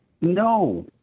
no